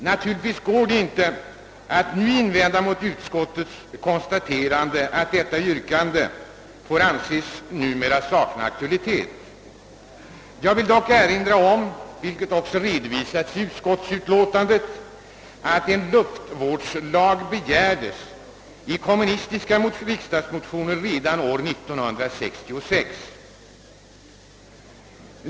Naturligtvis finns inte något att invända mot utskottets konstaterande att detta yrkande numera får anses sakna aktualitet. Jag vill erinra om, vilket också redovisas i utskottsutlåtandet, att en luftvårdslag begärdes i kommunistiska riksdagsmotioner redan år 1966.